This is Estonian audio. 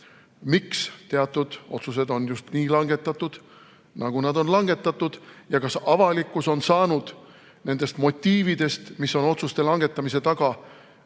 miks teatud otsused on just nii langetatud, nagu nad on langetatud, ja kas avalikkus on saanud nendest motiividest, mis on otsuste langetamise taga,